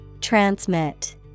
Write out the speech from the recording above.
Transmit